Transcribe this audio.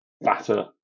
batter